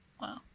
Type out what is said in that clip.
Wow